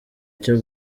cyo